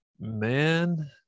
man